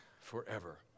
forever